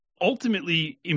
ultimately